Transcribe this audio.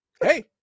Hey